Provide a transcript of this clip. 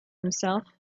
himself